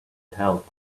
help